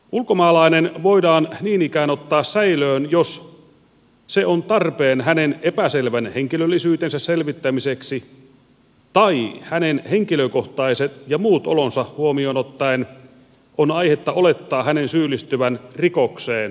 ulkomaalainen voidaan niin ikään ottaa säilöön jos se on tarpeen hänen epäselvän henkilöllisyytensä selvittämiseksi tai hänen henkilökohtaiset ja muut olonsa huomioon ottaen on aihetta olettaa hänen syyllistyvän rikokseen suomessa